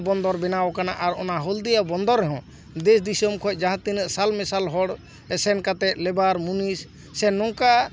ᱵᱚᱱᱫᱚᱨ ᱵᱮᱱᱟᱣ ᱠᱟᱱᱟ ᱟᱨ ᱚᱱᱟ ᱦᱳᱞᱫᱤᱭᱟ ᱵᱚᱱᱫᱚᱨ ᱨᱮᱦᱚᱸ ᱫᱮᱥ ᱫᱤᱥᱚᱢ ᱠᱷᱚᱱ ᱡᱟᱦᱟᱸ ᱛᱤᱱᱟᱹᱜ ᱥᱟᱞ ᱢᱮᱥᱟᱞ ᱦᱚᱲ ᱥᱮᱱ ᱠᱟᱛᱮᱫ ᱞᱮᱵᱟᱨ ᱢᱩᱱᱤᱥ ᱥᱮ ᱱᱚᱝᱠᱟ